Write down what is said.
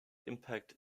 impact